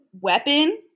weapon